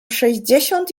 sześćdziesiąt